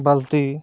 ᱵᱟᱹᱞᱛᱤ